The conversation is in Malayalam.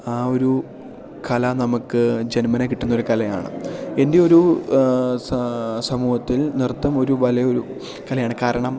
ആ ഒരു കല നമുക്ക് ജന്മനാ കിട്ടുന്നൊരു കലയാണ് എൻ്റെ ഒരു സമൂഹത്തിൽ നൃത്തം ഒരു വലയൊരു കലയാണ് കാരണം